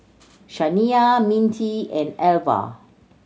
Shaniya Mintie and Alva